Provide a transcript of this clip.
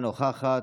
אינה נוכחת,